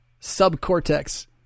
subcortex